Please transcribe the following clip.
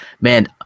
man